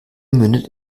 mündet